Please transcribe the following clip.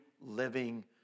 living